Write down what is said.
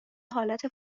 حالت